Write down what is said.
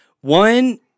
One